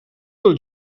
del